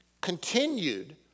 continued